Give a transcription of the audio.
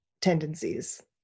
tendencies